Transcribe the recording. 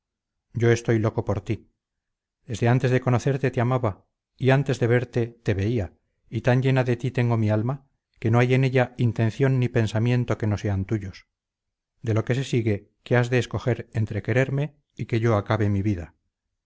yo estoy loco por ti desde antes de conocerle te amaba y antes de verte te veía y tan llena de ti tengo mi alma que no hay en ella intención ni pensamiento que no sean tuyos de lo que se sigue que has de escoger entre quererme y que yo acabe mi vida